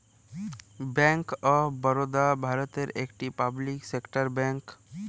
bank of Baroda ভারতের একটি public sector bank